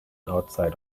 outside